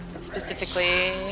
specifically